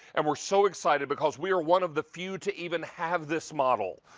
and we're so excited because we're one of the few to even have this model.